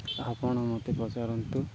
ଆପଣ ମୋତେ ପଚାରନ୍ତୁ